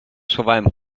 schowałem